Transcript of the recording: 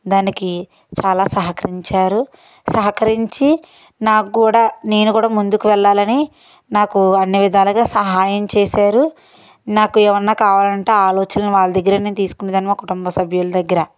దానికి చాలా సహకరించారు సహకరించి నాకూడా నేను కూడా ముందుకు వెళ్లాలని నాకు అన్ని విధాలుగా సహాయం చేశారు నాకు ఏవైనా కావాలంటే ఆలోచన వాళ్ళ దగ్గరే నేను తీసుకునే దాన్ని మా కుటుంబ సభ్యుల దగ్గర